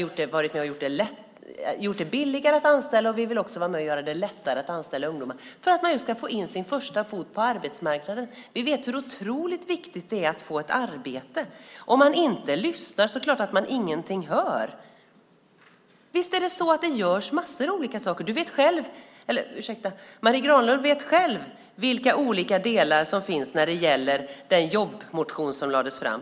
Vi har varit med om att göra det billigare att anställa, och vi vill också göra det lättare att anställa ungdomar för att de ska få in en fot på arbetsmarknaden. Vi vet hur otroligt viktigt det är att få ett arbete. Om man inte lyssnar är det klart att man ingenting hör! Visst görs det massor av olika saker. Marie Granlund vet själv vilka olika delar som finns när det gäller den jobbmotion som lades fram.